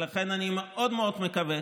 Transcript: לכן אני מאוד מאוד מקווה,